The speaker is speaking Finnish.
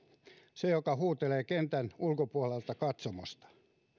se joka huutelee kentän ulkopuolelta katsomosta